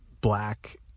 black